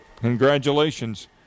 Congratulations